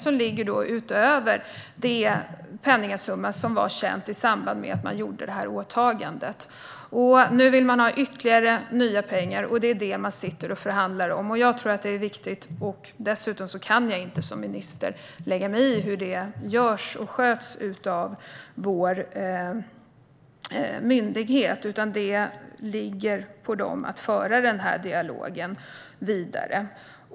Dessa pengar ligger utöver den penningsumma som var känd i samband med att man gjorde detta åtagande. Nu vill GKN ha ytterligare pengar, och det är detta man sitter och förhandlar om. Jag kan inte som minister lägga mig i hur detta sköts av myndigheten, utan det ligger på myndigheten att föra den här dialogen vidare.